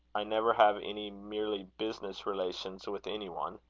i never have any merely business relations with any one.